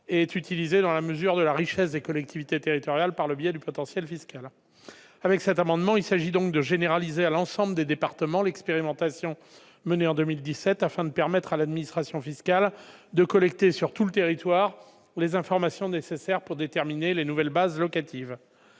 est aussi utilisée dans la mesure de la richesse des collectivités territoriales, par le biais du potentiel fiscal. Avec cet amendement, il s'agit donc de généraliser à l'ensemble des départements l'expérimentation menée en 2017, afin de permettre à l'administration fiscale de collecter, sur tout le territoire, les informations nécessaires à la détermination des nouvelles bases locatives,